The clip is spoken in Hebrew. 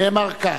נאמר כך: